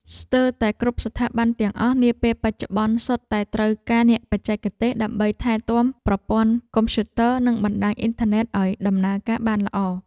ស្ទើរតែគ្រប់ស្ថាប័នទាំងអស់នាពេលបច្ចុប្បន្នសុទ្ធតែត្រូវការអ្នកបច្ចេកទេស ដើម្បីថែទាំប្រព័ន្ធកុំព្យូទ័រនិងបណ្តាញអ៊ីនធឺណិតឱ្យដំណើរការបានល្អ។